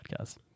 podcast